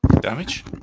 damage